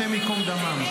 השם ייקום דמם.